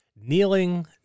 kneeling